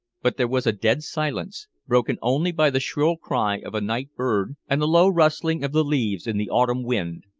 but there was a dead silence, broken only by the shrill cry of a night bird and the low rustling of the leaves in the autumn wind.